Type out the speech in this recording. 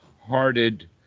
hearted